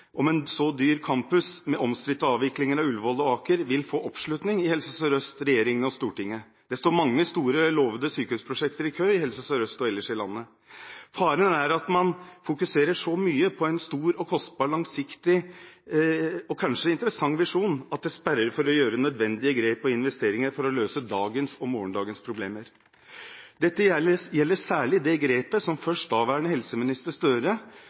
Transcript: om en så dyr campus, med omstridte avviklinger av Ullevål sykehus og Aker – vil få oppslutning i Helse Sør-Øst, regjeringen og Stortinget. Det står mange store, lovede sykehusprosjekter i kø i Helse Sør-Øst og ellers i landet. Faren er at man fokuserer så mye på en stor og kostbar langsiktig, og kanskje interessant, visjon at det sperrer for nødvendige grep og investeringer for å løse dagens og morgendagens problemer. Det gjelder særlig det grepet som først daværende helseminister Gahr Støre